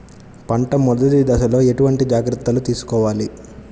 పంట మెదటి దశలో ఎటువంటి జాగ్రత్తలు తీసుకోవాలి?